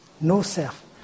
no-self